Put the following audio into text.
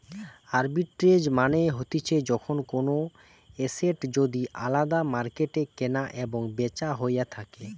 arbitrage মানে হতিছে যখন কোনো এসেট যদি আলদা মার্কেটে কেনা এবং বেচা হইয়া থাকে